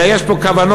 אלא יש פה כוונות,